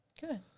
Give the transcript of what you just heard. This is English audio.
Good